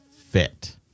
fit